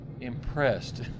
impressed